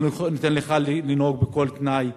לא נותן לך לנהוג בכל תנאי.